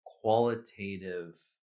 qualitative